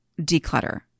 declutter